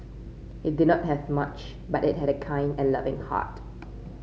he did not have much but he had a kind and loving heart